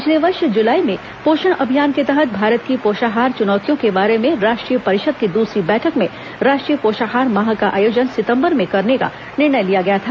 पिछले वर्ष जुलाई में पोषण अभियान के तहत भारत की पोषाहार चुनौतियों के बारे में राष्ट्रीय परिषद की दूसरी बैठक में राष्ट्रीय पोषाहार माह का आयोजन सितम्बर में करने का निर्णय लिया गया था